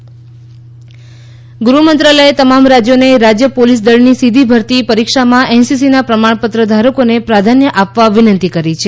ગૃહ્ મંત્રાલય એનસીસી ગૃહ મંત્રાલયે તમામ રાજ્યોને રાજ્ય પોલીસ દળની સીધી ભરતી પરીક્ષામાં એનસીસીના પ્રમાણપત્ર ધારકોને પ્રાધાન્ય આપવા વિનંતી કરી છે